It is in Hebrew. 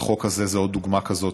החוק הזה זה עוד דוגמה כזאת.